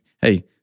Hey